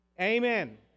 amen